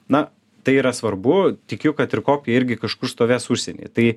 na tai yra svarbu tikiu kad ir kopija irgi kažkur stovės užsienyje tai